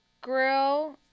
grill